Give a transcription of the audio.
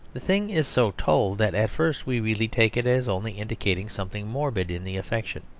the thing is so told that at first we really take it as only indicating something morbid in the affection